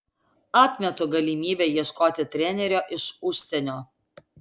atmetu galimybę ieškoti trenerio iš užsienio